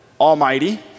Almighty